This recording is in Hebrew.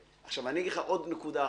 עוד נקודה אחרונה.